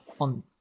on